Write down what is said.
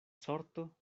sorto